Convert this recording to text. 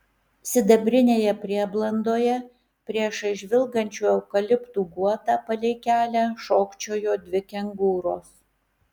sidabrinėje prieblandoje priešais žvilgančių eukaliptų guotą palei kelią šokčiojo dvi kengūros